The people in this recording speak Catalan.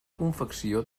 confecció